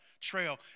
trail